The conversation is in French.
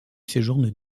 séjourne